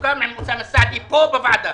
שסוכם עליהם עם אוסאמה סעדי פה בוועדה?